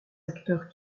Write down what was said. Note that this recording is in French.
acteurs